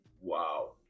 Wow